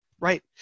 Right